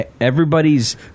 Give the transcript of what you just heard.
everybody's